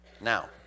Now